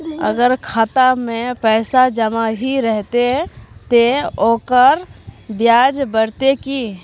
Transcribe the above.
अगर खाता में पैसा जमा ही रहते ते ओकर ब्याज बढ़ते की?